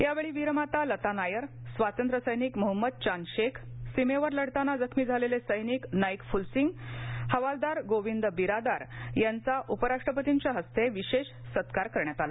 यावछी वीरमाता लता नायर स्वातंत्र्य सैनिक मोहंमद चांद शत्त्व सीमात्त लढताना जखमी झालत्तासैनिक नाईक फुलसिंग हवालदार गोविंद बिरादार यांचा उपराष्ट्रपतींच्या हस्ता विशात् सत्कार करण्यात आला